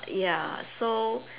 ya so